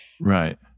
Right